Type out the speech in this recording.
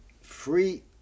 free